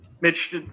Mitch